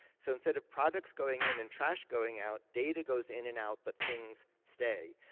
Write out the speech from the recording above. so instead of products going in and trash going out, data goes in and out, but things stay.